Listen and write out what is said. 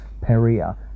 Perea